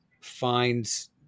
finds